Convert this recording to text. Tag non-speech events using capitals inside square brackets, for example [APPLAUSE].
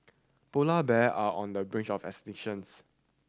polar bear are on the [UNINTELLIGIBLE] of [UNINTELLIGIBLE]